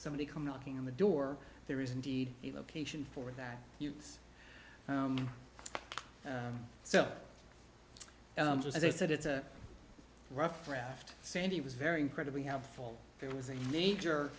somebody come knocking on the door there is indeed a location for that youths so as i said it's a rough draft sandy was very incredibly helpful there was a major